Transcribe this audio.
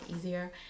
easier